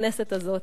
בכנסת הזאת,